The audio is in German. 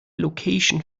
location